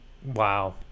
Wow